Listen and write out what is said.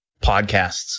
podcasts